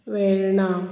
Verna